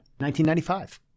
1995